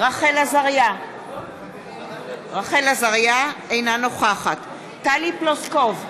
רחל עזריה, אינה נוכחת טלי פלוסקוב,